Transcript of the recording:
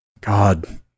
God